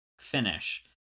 finish